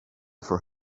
for